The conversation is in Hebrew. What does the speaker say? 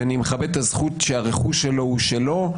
ואני מכבד את הזכות שהרכוש שלו הוא שלו,